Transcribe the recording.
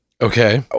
okay